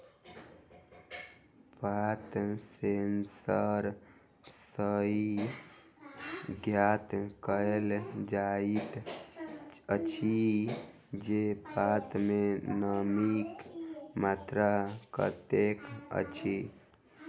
पात सेंसर सॅ ई ज्ञात कयल जाइत अछि जे पात मे नमीक मात्रा कतेक अछि